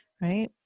right